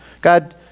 God